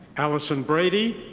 allison brady.